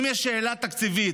אם יש שאלה תקציבית?